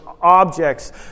objects